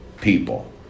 people